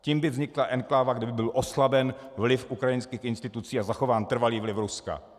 Tím by vznikla enkláva, kde by byl oslaben vliv ukrajinských institucí a zachován trvalý vliv Ruska.